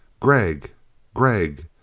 gregg gregg,